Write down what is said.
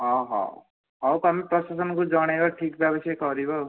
ହୋଉ ହଉ ହଉ ତମେ ପ୍ରଶାସନକୁ ଜଣେଇବ ଠିକ୍ ଭାବରେ ସେ କରିବ ଆଉ